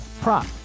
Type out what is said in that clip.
prop